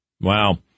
Wow